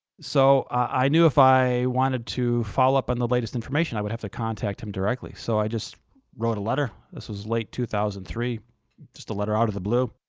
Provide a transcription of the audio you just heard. so i knew if i wanted to follow up on the latest information i would have to contact him directly. so i just wrote letter this was late two thousand and three just a letter out of the blue.